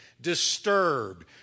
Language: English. disturbed